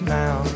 now